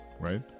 Right